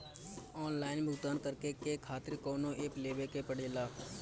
Online भुगतान करके के खातिर कौनो ऐप लेवेके पड़ेला?